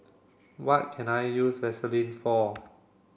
what can I use Vaselin for